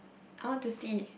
I want to see